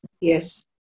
Yes